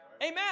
Amen